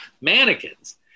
mannequins